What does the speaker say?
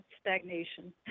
stagnation